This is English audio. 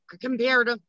compared